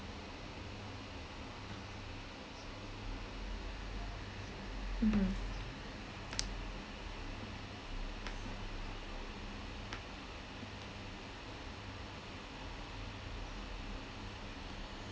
mmhmm